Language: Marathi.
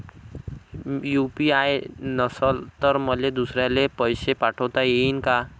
यू.पी.आय नसल तर मले दुसऱ्याले पैसे पाठोता येईन का?